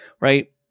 right